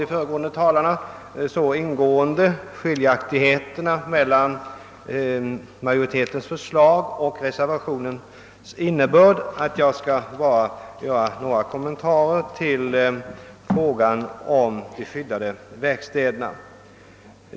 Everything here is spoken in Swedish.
De föregående talarna har så ingående redogjort för skiljaktigheterna mellan majoritetens förslag och reservationernas innebörd, att jag bara skall göra några korta kommentarer till frågan om de skyddade verkstäderna.